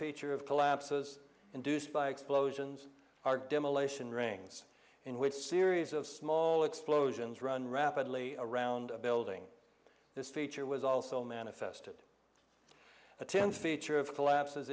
feature of collapses induced by explosions are demolition rings in which series of small explosions run rapidly around a building this feature was also manifested ten feature of collapses